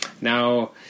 now